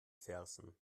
fersen